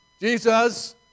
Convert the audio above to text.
Jesus